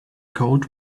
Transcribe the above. cold